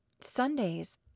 Sunday's